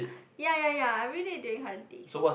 yea yea yea I read it during holidays